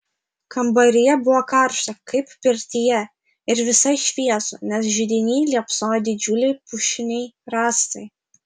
kambaryje buvo karšta kaip pirtyje ir visai šviesu nes židiny liepsnojo didžiuliai pušiniai rąstai